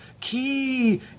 Key